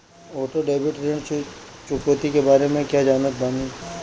Auto debit ऋण चुकौती के बारे में कया जानत बानी?